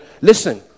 Listen